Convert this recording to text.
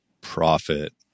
Profit